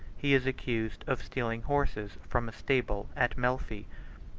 he is accused of stealing horses from a stable at melphi.